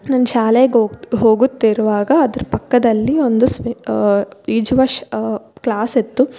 ನನ್ನ ಶಾಲೆಗೋಗು ಹೋಗುತ್ತಿರುವಾಗ ಅದ್ರ ಪಕ್ಕದಲ್ಲಿ ಒಂದು ಸ್ವೆ ಈಜುವ ಶ್ ಕ್ಲಾಸಿತ್ತು